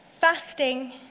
fasting